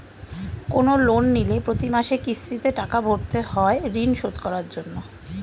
কোন লোন নিলে প্রতি মাসে কিস্তিতে টাকা ভরতে হয় ঋণ শোধ করার জন্য